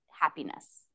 happiness